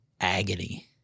agony